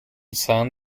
san